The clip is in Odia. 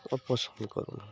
ଓ ପସନ୍ଦ କରୁ ନା